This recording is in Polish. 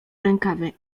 rękawy